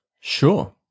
Sure